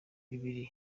bibiri